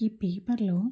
ఈ పేపర్లో